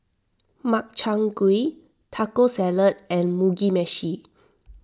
Makchang Gui Taco Salad and Mugi Meshi